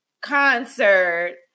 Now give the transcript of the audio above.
concert